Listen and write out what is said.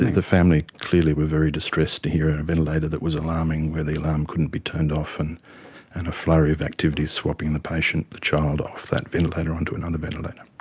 the family clearly were very distressed to hear a ventilator that was alarming where the alarm couldn't be turned off and and a flurry of activity swapping the patient, the child, off that ventilator onto another ventilator.